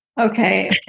Okay